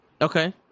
Okay